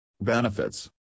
Benefits